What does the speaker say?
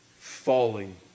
falling